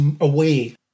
away